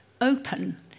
open